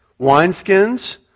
wineskins